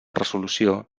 resolució